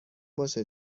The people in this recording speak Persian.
باشه